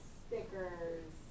stickers